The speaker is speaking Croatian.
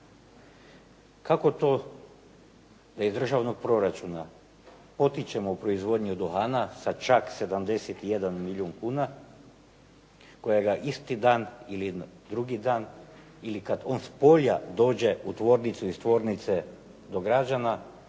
Kako to da iz državnog proračuna potičemo proizvodnju duhana sa čak 71 milijun kuna kojega isti dan ili drugi dan ili kad on s polja dođe u tvornicu i iz tvornice do građana,